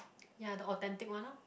ya the authentic one loh